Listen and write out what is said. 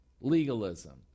legalism